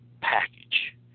package